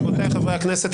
רבותי חברי הכנסת,